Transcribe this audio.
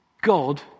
God